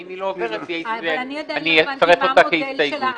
ואם היא לא עוברת אני אצרף אותה כהסתייגות.